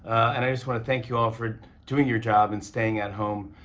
and i just want to thank you all for doing your job and staying at home.